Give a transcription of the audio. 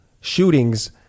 shootings